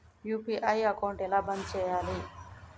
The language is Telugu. యూ.పీ.ఐ అకౌంట్ ఎలా బంద్ చేయాలి?